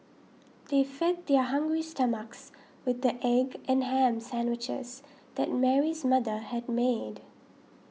they fed their hungry stomachs with the egg and ham sandwiches that Mary's mother had made